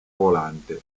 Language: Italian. volante